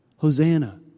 Hosanna